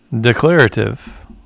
Declarative